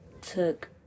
took